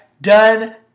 Done